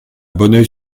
bonneuil